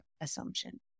assumption